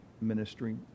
ministry